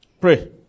Pray